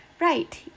Right